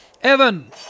Evan